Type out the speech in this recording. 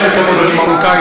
רבותי,